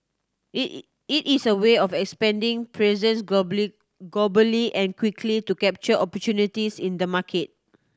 it it is a way of expanding presence globally and quickly to capture opportunities in the market